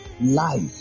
life